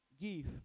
Give